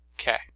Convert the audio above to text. Okay